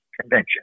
convention